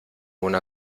una